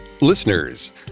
Listeners